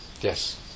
Yes